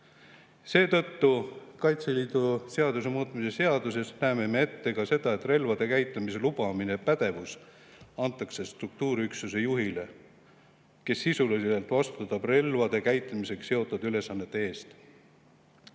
näeme me Kaitseliidu seaduse muutmise seaduses ette ka seda, et relvade käitlemise lubamise pädevus antakse struktuuriüksuse juhile, kes sisuliselt vastutab relvade käitlemisega seotud ülesannete eest.